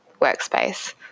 workspace